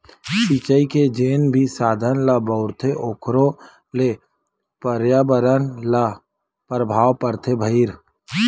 सिचई के जेन भी साधन ल बउरथे ओखरो ले परयाबरन ल परभाव परथे भईर